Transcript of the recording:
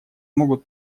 могут